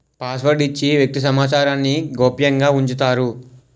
password ఇచ్చి వ్యక్తి సమాచారాన్ని గోప్యంగా ఉంచుతారు